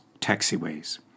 taxiways